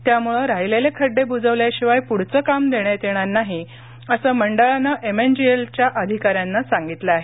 त्यामुळे राहिलेले खड्डे व्रजवल्याशिवाय पुढचं काम देण्यात येणार नाहीअसं मंडळानं एमएनजीएलच्या अधिकाऱ्यांना सांगितलं आहे